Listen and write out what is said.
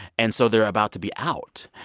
and so they're about to be out.